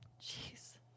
Jeez